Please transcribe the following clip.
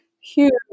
huge